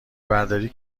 برداری